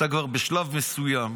בשלב מסוים